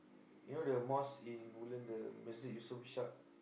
you know the mosque in Woodlands the Masjid Yusof-Ishak